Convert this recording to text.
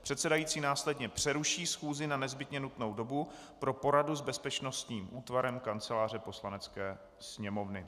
Předsedající následně přeruší schůzi na nezbytně nutnou dobu pro poradu s bezpečnostním útvarem Kanceláře Poslanecké sněmovny.